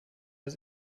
des